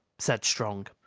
said strong,